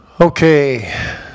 Okay